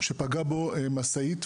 שפגעה בו משאית,